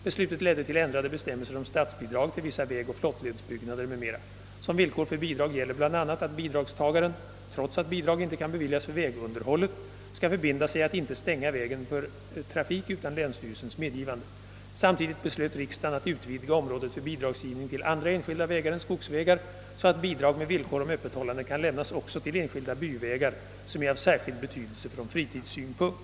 Beslutet ledde till ändrade bestämmelser om statsbidrag till vissa vägoch flottledsbyggnader m.m. Som villkor för bidrag gäller bl.a. att bidragstagaren — trots att bidrag inte kan beviljas för vägunderhållet — skall förbinda sig att inte stänga vägen för trafik utan länsstyrelsens medgivande. Samtidigt beslöt riksdagen att utvidga området för bidragsgivning till andra enskilda vägar än skogsvägar, så att bidrag med villkor om öppethållande kan lämnas också till enskilda byvägar som är av särskild betydelse från fritidssynpunkt.